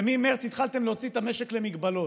וממרץ התחלתם להוציא את המשק למגבלות.